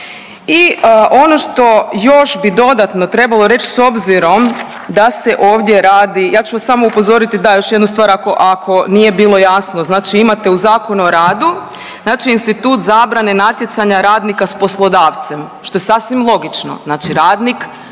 I ono što još bi dodatno trebalo reć s obzirom da se ovdje radi, ja ću vas samo upozoriti da još jednu stvar ako nije bilo jasno znači imate u Zakonu o radu institut zabrane natjecanja radnika s poslodavcem, što je sasvim logično. Znači radnik